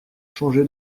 changé